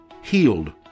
healed